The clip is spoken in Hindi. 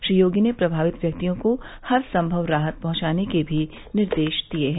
श्री योगी ने प्रभावित व्यक्तियों को हर सम्मव राहत पहुंचाने के भी निर्देश दिए हैं